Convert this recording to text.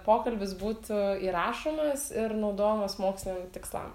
pokalbis būtų įrašomas ir naudojamas moksliniam tikslam